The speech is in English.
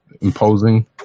imposing